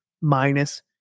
minus